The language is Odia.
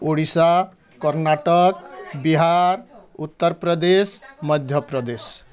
ଓଡ଼ିଶା କର୍ଣ୍ଣାଟକ ବିହାର ଉତ୍ତରପ୍ରଦେଶ ମଧ୍ୟପ୍ରଦେଶ